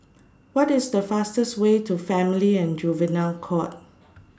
What IS The fastest Way to Family and Juvenile Court